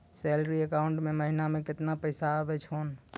Salary account मे महिना मे केतना पैसा आवै छौन?